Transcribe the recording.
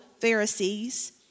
Pharisees